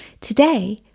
Today